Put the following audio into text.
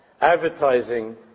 advertising